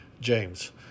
James